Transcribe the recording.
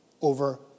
over